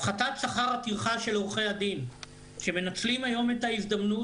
הפחתת שכר הטרחה של עורכי הדין שמנצלים היום את ההזדמנות.